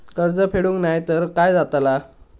कर्ज फेडूक नाय तर काय जाताला?